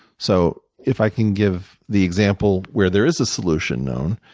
so if i can give the example where there is a solution known,